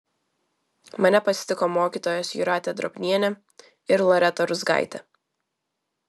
mane pasitiko mokytojos jūratė drobnienė ir loreta ruzgaitė